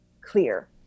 clear